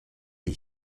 est